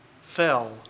fell